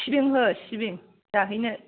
सिबिं हो सिबिं जाहैनो